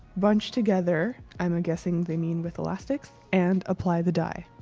bunched together. i'm guessing they mean with elastics, and apply the dye,